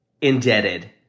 indebted